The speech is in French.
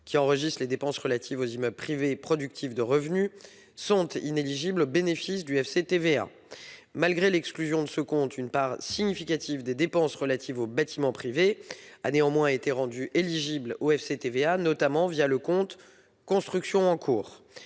qui enregistre les dépenses relatives aux immeubles privés productifs de revenus, sont inéligibles au bénéfice du fonds. Malgré l'exclusion de ce compte, une part significative des dépenses relatives aux bâtiments privés a néanmoins été rendue éligible, notamment le compte « Constructions en cours ».